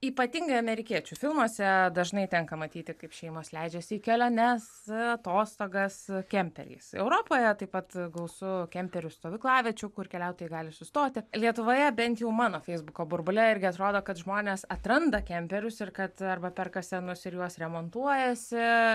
ypatingai amerikiečių filmuose dažnai tenka matyti kaip šeimos leidžiasi į keliones atostogas kemperiais europoje taip pat gausu kemperių stovyklaviečių kur keliautojai gali sustoti lietuvoje bent jau mano feisbuko burbule irgi atrodo kad žmonės atranda kemperius ir kad arba perka senus ir juos remontuojasi